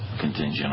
contingent